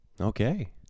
Okay